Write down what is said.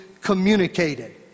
communicated